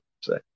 say